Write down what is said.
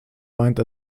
meint